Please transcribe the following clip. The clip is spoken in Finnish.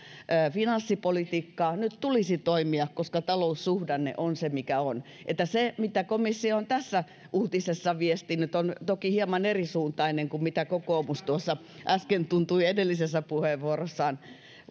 finanssipolitiikkaa tulisi toimia koska taloussuhdanne on se mikä on eli se mitä komissio on tässä uutisessa viestinyt on toki hieman erisuuntaista kuin mitä kokoomus tuossa äsken tuntui edellisessä puheenvuorossaan